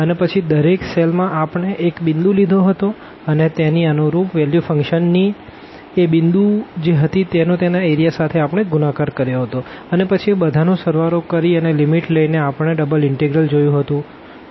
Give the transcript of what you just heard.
અને પછી દરેક સેલ માં આપણે એક પોઈન્ટ લીધો હતો અને તેની અનુરૂપ વેલ્યુ ફંક્શન ની એ પોઈન્ટ જે હતી તેનો તેના એરિયા સાથે ગુણાકાર કર્યો હતો અને પછી એ બધા નો સળવાળો કરી અને લીમીટ લઇ ને આપણે ડબલ ઇનટેગ્રલ જોયું હતું